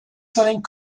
selling